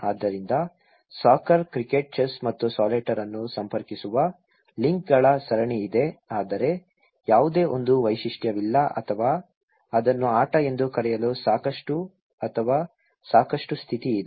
ಆದ್ದರಿಂದ soccer cricket chess ಮತ್ತು solitaire ಅನ್ನು ಸಂಪರ್ಕಿಸುವ ಲಿಂಕ್ಗಳ ಸರಣಿಯಿದೆ ಆದರೆ ಯಾವುದೇ ಒಂದು ವೈಶಿಷ್ಟ್ಯವಿಲ್ಲ ಅಥವಾ ಅದನ್ನು ಆಟ ಎಂದು ಕರೆಯಲು ಸಾಕಷ್ಟು ಅಥವಾ ಸಾಕಷ್ಟು ಸ್ಥಿತಿ ಇದೆ